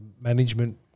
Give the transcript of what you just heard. management